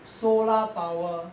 solar power